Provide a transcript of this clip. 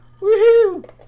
Woohoo